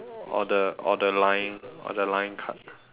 or the or the line or the line cut